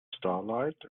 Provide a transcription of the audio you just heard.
starlight